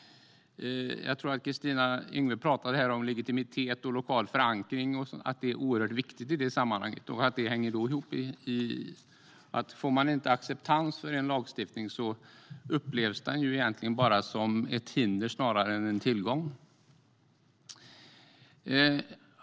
Kristina Yngwe pratade här om att legitimitet och lokal förankring är oerhört viktigt i sammanhanget, för om man inte får acceptans för en lagstiftning upplevs den egentligen bara som ett hinder snarare än en tillgång.